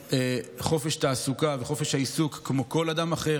לחופש תעסוקה וחופש העיסוק כמו כל אדם אחר.